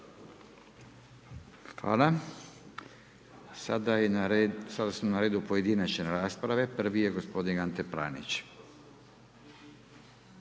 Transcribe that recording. Hvala. Sada su na redu pojedinačne rasprave, prvi je gospodin Ante Pranić.